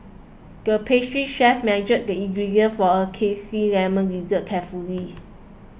the pastry chef measured the ingredients for a Zesty Lemon Dessert carefully